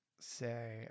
say